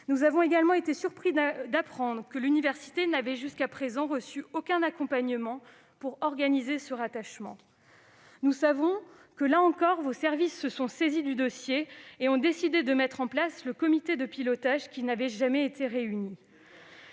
Nous avons également été surpris d'apprendre que l'université n'avait jusqu'à présent reçu aucun accompagnement pour organiser ce rattachement. Nous savons que, là encore, vos services se sont saisis du dossier et ont décidé de mettre en place le comité de pilotage, qui n'avait jamais été réuni.